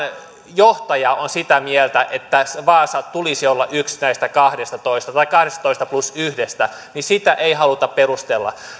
johtaja on sitä mieltä että vaasan tulisi olla yksi näistä kahdestatoista plus yhdestä sitä ei haluta perustella